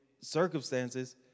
circumstances